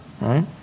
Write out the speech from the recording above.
right